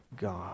God